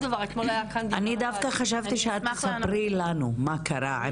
אני דווקא חשבתי שאת תספרי לנו מה קרה.